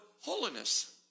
holiness